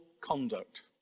conduct